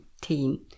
team